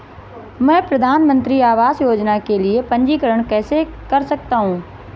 मैं प्रधानमंत्री आवास योजना के लिए पंजीकरण कैसे कर सकता हूं?